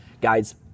guys